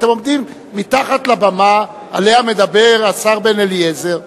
אתם עומדים מתחת לבמה שעליה מדבר השר בן-אליעזר.